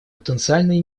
потенциальные